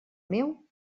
meu